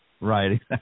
right